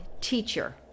teacher